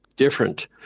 different